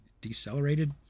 decelerated